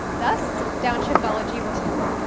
thus downshiftology was born.